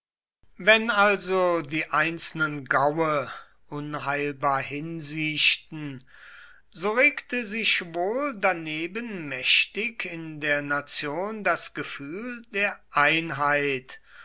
wenn also die einzelnen gaue unheilbar hinsiechten so regte sich wohl daneben mächtig in der nation das gefühl der einheit